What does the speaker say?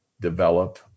develop